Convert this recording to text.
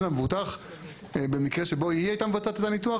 למבוטח במקרה שבו היא הייתה מבצעת את הניתוח?